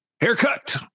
haircut